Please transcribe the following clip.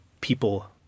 people